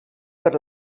per